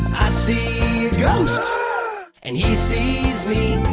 see a ghost and he sees me.